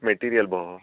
suite material भोः